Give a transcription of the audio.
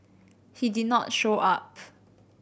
he did not show up